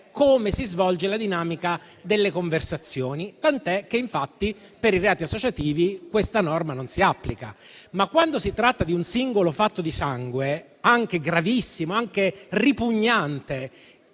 come si svolge la dinamica delle conversazioni,